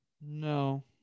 No